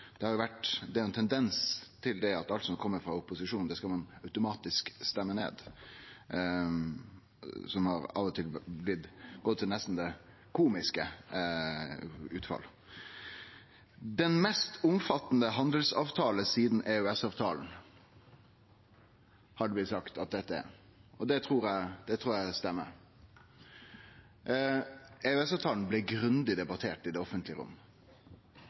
Det er jo ein tendens til at alt som kjem frå opposisjonen, skal ein automatisk stemme ned. Det har nesten gitt komiske utfall. Den mest omfattande handelsavtalen sidan EØS-avtalen har det blitt sagt at dette er, og det trur eg stemmer. EØS-avtalen blei grundig debattert i det offentlege